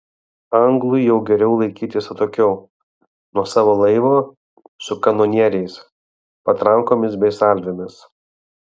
anglui jau geriau laikytis atokiau nuo savo laivo su kanonieriais patrankomis bei salvėmis